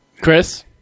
Chris